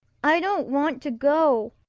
i don't want to go,